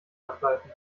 ableiten